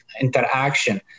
interaction